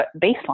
baseline